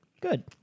good